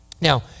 Now